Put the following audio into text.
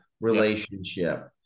relationship